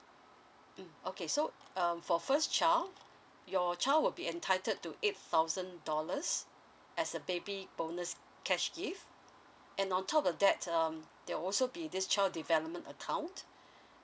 mm okay so um for first child your child would be entitled to eight thousand dollars as a baby bonus cash gift and on top of that um there also be this child development account